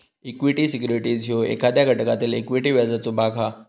equity securities ह्यो एखाद्या घटकातील इक्विटी व्याजाचो भाग हा